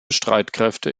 streitkräfte